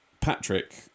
Patrick